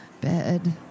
bed